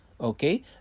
Okay